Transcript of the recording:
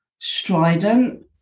strident